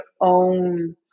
own